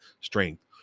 strength